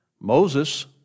Moses